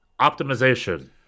optimization